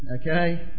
okay